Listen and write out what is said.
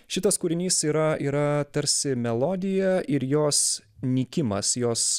šitas kūrinys yra yra tarsi melodija ir jos nykimas jos